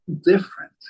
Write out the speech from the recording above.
different